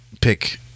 pick